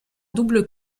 double